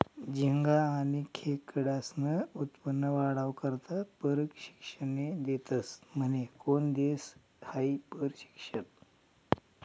झिंगा आनी खेकडास्नं उत्पन्न वाढावा करता परशिक्षने देतस म्हने? कोन देस हायी परशिक्षन?